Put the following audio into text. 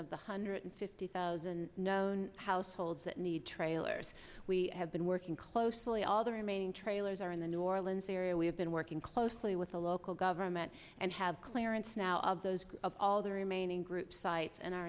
of the hundred fifty thousand known households that need trailers we have been working closely all the remaining trailers are in the new orleans area we have been working closely with the local government and have clearance now of those of all the remaining group sites and